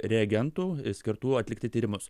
reagentų skirtų atlikti tyrimus